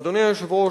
אדוני היושב-ראש,